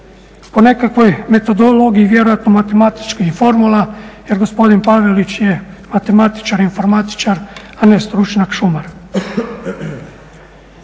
po nekakvoj metodologiji vjerojatno matematičkih formula jer gospodin Pavelić je matematičar, informatičar a ne stručnjak šumar.